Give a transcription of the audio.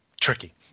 tricky